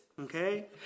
okay